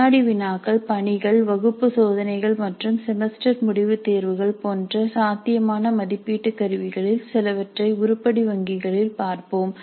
வினாடி வினாக்கள் பணிகள் வகுப்பு சோதனைகள் மற்றும் செமஸ்டர் முடிவு தேர்வுகள் போன்ற சாத்தியமான மதிப்பீட்டு கருவிகளில் சிலவற்றை உருப்படி வங்கிகளில் பார்ப்போம்